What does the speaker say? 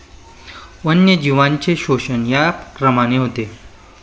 वन्यजीवांचे शोषण या क्रमाने होते